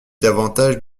davantage